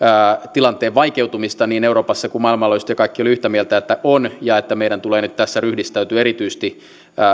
tilanteen vaikeutumista niin euroopassa kuin maailmalla ja kaikki olivat yhtä mieltä että on ja että meidän tulee nyt tässä ryhdistäytyä erityisesti